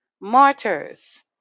martyrs